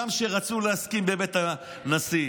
גם כשרצו להסכים בבית הנשיא.